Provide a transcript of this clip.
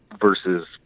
versus